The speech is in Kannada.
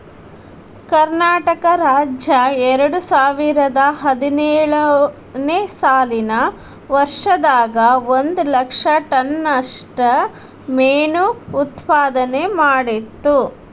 ಕರ್ನಾಟಕ ರಾಜ್ಯ ಎರಡುಸಾವಿರದ ಹದಿನೇಳು ನೇ ಸಾಲಿನ ವರ್ಷದಾಗ ಒಂದ್ ಲಕ್ಷ ಟನ್ ನಷ್ಟ ಮೇನು ಉತ್ಪಾದನೆ ಮಾಡಿತ್ತು